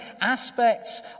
aspects